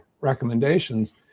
recommendations